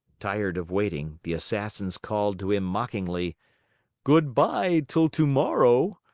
tired of waiting, the assassins called to him mockingly good-by till tomorrow.